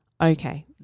okay